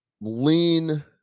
lean